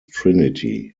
trinity